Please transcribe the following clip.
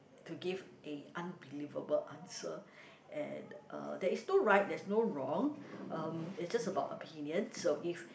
to give a unbelievable answer and uh there is no right there's no wrong um it's just about opinion so if